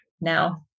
now